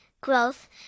growth